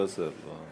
לא עזר.